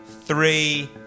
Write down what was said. three